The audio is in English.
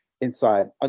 inside